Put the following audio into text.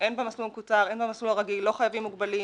הן במסלול המקוצר והן במסלול הרגיל לא חייבים מוגבלים,